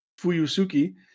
Fuyusuki